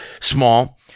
small